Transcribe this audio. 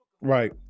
right